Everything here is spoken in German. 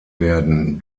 werden